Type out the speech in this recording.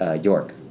York